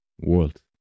world